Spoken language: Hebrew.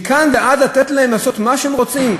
מכאן ועד לתת להם לעשות מה שהם רוצים,